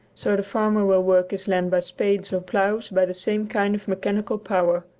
so the farmer will work his land by spades or ploughs by the same kind of mechanical power.